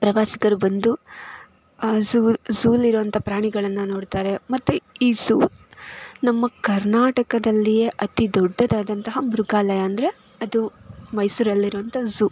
ಪ್ರವಾಸಿಗರು ಬಂದು ಝೂ ಝೂಲಿರುವಂಥ ಪ್ರಾಣಿಗಳನ್ನು ನೋಡ್ತಾರೆ ಮತ್ತೆ ಈ ಝೂ ನಮ್ಮ ಕರ್ನಾಟಕದಲ್ಲಿಯೇ ಅತೀ ದೊಡ್ಡದಾದಂತಹ ಮೃಗಾಲಯ ಅಂದರೆ ಅದು ಮೈಸೂರಲ್ಲಿರುವಂಥ ಝೂ